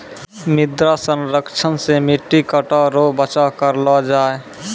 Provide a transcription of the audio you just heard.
मृदा संरक्षण से मट्टी कटाव रो बचाव करलो जाय